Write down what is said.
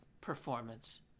performance